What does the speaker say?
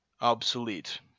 obsolete